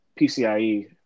pcie